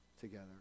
together